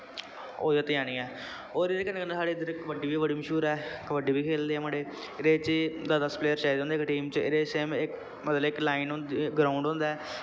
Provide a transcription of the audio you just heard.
ओह् जित्त जानी ऐ होर एह्दे कन्नै कन्नै साढ़े इद्धर कबड्डी बी बड़ी मश्हूर ऐ कबड्डी बी खेलदे ऐ मुड़े एह्दे च दस दस प्लेयर चाहिदे होंदे ऐ इक इक टीम च एह्दे च सेम मतलब इक लाइन होंदी ग्राउंड होंदा ऐ